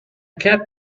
cat